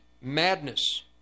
madness